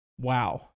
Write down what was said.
Wow